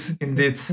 indeed